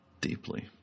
deeply